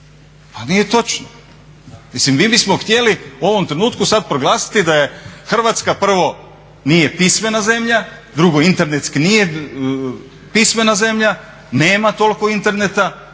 Pa nije točno. Mislim mi bismo htjeli u ovom trenutku sad proglasiti da je Hrvatska prvo nije pismena zemlja, drugo internetski nije pismena zemlja, nema toliko interneta.